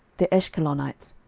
the eshkalonites,